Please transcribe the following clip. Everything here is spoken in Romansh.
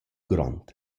grond